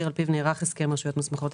על פיו נערך הסכם רשויות מוסמכות".